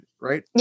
right